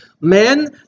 men